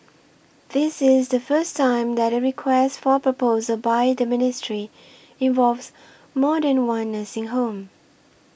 this is the first time that a Request for Proposal by the ministry involves more than one nursing home